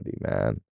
man